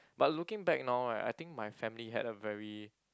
but looking back now right I think my family had a very